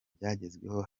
byagezweho